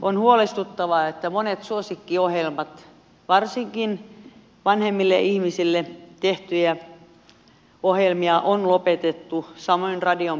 on huolestuttavaa että monia suosikkiohjelmia varsinkin vanhemmille ihmisille tehtyjä ohjelmia on lopetettu samoin radion puolelta